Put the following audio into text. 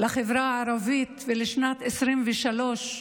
לחברה הערבית ולשנת 2023,